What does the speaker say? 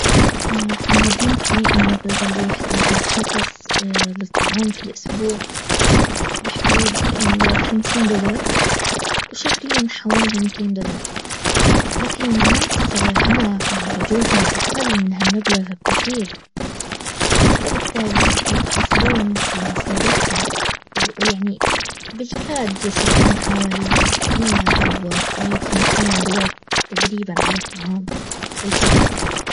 في مدينتي المبلغ اللي احتاجه شخص اللطعام في الاسبوع بحدود الخمسين دولار. وشهريا حوالي ميتين دولار. لكن الناس اهنا يعني اجورهم اقل من هالمبلغ بكثير. فبالتالي يقتصدون في مصاريفهم ويعني بالكاد يصرفون حوالي مئة اومئة وخمسين دولار تقريبا على الطعام في الشهر